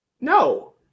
No